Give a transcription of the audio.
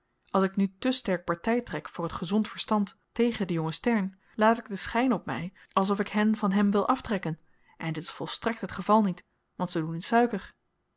als ik nu te sterk party trek voor t gezond verstand tegen den jongen stern laad ik den schyn op my alsof ik hen van hem wil aftrekken en dit is volstrekt het geval niet want ze doen in suiker